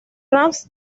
rams